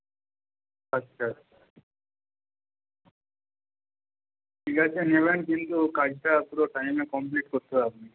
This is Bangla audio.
আচ্ছা ঠিক আছে নেবেন কিন্তু কাজটা পুরো টাইমে কমপ্লিট করতে হবে